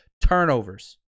Turnovers